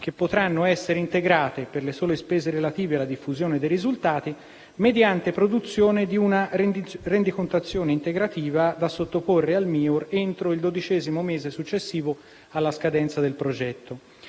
che potranno essere integrate, per le sole spese relative alla diffusione dei risultati, mediante produzione di una rendicontazione integrativa da sottoporre al MIUR entro il dodicesimo mese successivo alla scadenza del progetto.